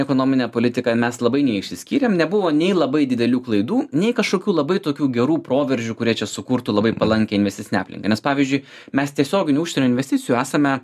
ekonomine politika mes labai neišsiskyrėm nebuvo nei labai didelių klaidų nei kažkokių labai tokių gerų proveržių kurie čia sukurtų labai palankią investicinę aplinką nes pavyzdžiui mes tiesioginių užsienio investicijų esame